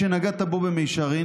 שנגעת בו במישרין,